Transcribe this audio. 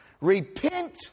repent